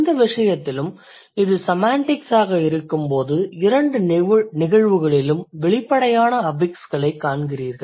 இந்த விசயத்திலும் இது செமாண்டிக் ஆக இருக்கும்போது இரண்டு நிகழ்வுகளிலும் வெளிப்படையான அஃபிக்ஸ்களைக் காண்பீர்கள்